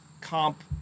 comp